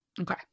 Okay